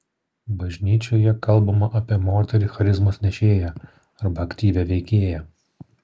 bažnyčioje kalbama apie moterį charizmos nešėją arba aktyvią veikėją